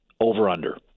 over/under